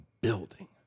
building